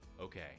Okay